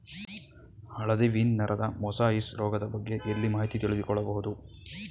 ಹಳದಿ ವೀನ್ ನರದ ಮೊಸಾಯಿಸ್ ರೋಗದ ಬಗ್ಗೆ ಎಲ್ಲಿ ಮಾಹಿತಿ ತಿಳಿದು ಕೊಳ್ಳಬಹುದು?